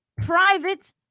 private